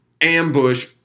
ambush